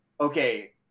okay